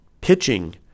pitching